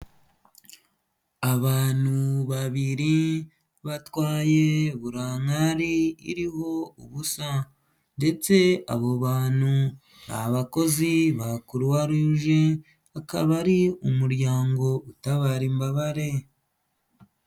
Abantu babiri batwaye burankari iriho ubusa ndetse abo bantu ni abakozi ba croix rouge, akaba ari umuryango utabara imbabare.